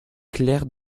clerc